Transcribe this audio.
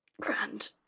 Grand